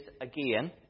again